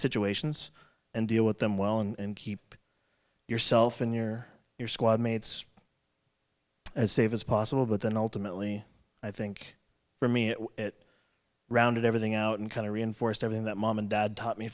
situations and deal with them well and keep yourself and your your squad mates as safe as possible but then ultimately i think for me it rounded everything out and kind of reinforced i mean that mom and dad taught me